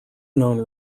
known